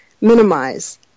minimize